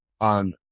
on